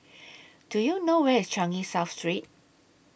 Do YOU know Where IS Changi South Street